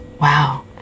wow